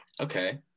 okay